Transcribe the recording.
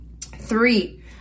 Three